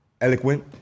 eloquent